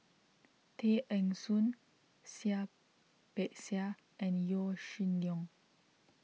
Tay Eng Soon Seah Peck Seah and Yaw Shin Leong